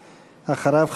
ואחריו,